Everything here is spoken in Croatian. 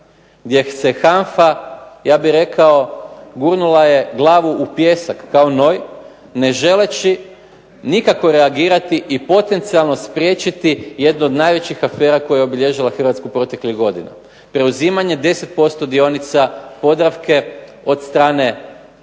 gdje se HANFA gurnula je glavu u pijesak kao noj ne želeći nikako reagirati i potencijalno spriječiti jednu od najvećih afera koja je obilježila Hrvatsku u proteklih nekoliko godina. Preuzimanje 10% dionica POdravka od strane jednog